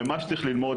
למה שצריך ללמוד,